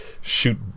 shoot